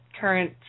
current